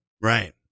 right